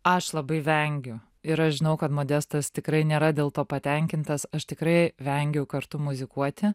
aš labai vengiu ir aš žinau kad modestas tikrai nėra dėl to patenkintas aš tikrai vengiu kartu muzikuoti